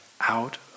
out